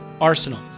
ARSENAL